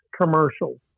commercials